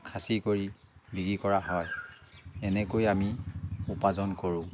খাচী কৰি বিক্ৰী কৰা হয় এনেকৈ আমি উপাৰ্জন কৰোঁ